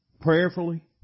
prayerfully